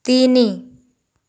ତିନି